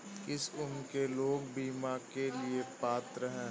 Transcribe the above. किस उम्र के लोग बीमा के लिए पात्र हैं?